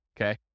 okay